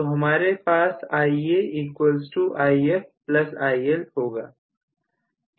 तो हमारे पास IaIfIL होगा